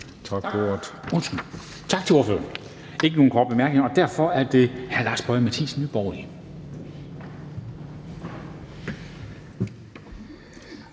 Tak til ordføreren. Der er ikke nogen korte bemærkninger, og derfor er det hr. Lars Boje Mathiesen, Nye